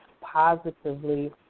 positively